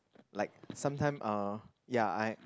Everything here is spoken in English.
like sometime uh ya I